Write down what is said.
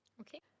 Okay